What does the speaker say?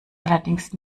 allerdings